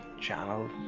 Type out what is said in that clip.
channel